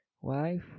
wife